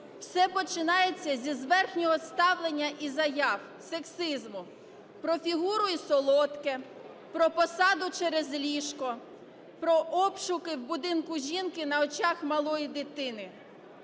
Все починається зі зверхнього ставлення і заяв сексизму про фігуру і солодке, про посаду через ліжко, про обшуки в будинку жінки на очах малої дитини.